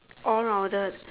all rounded